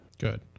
Good